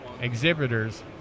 exhibitors